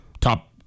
top